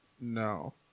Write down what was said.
No